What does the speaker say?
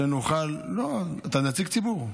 שים אותי נציג ציבור שם.